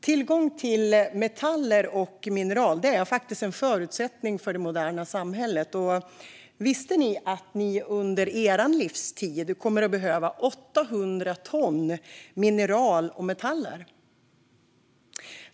Tillgång till metaller och mineral är en förutsättning för det moderna samhället. Visste ni att ni under er livstid kommer att behöva 800 ton mineral och metaller?